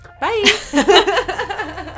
Bye